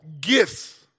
gifts